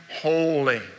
holy